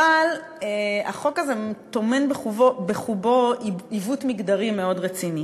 אבל החוק הזה טומן בחובו עיוות מגדרי מאוד רציני: